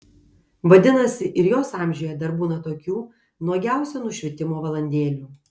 vadinasi ir jos amžiuje dar būna tokių nuogiausio nušvitimo valandėlių